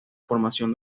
formación